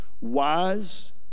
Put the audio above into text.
Wise